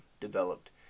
developed